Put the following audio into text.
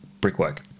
brickwork